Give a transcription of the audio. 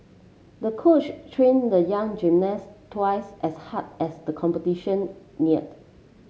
the coach trained the young gymnast twice as hard as the competition neared